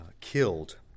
killed